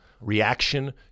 reaction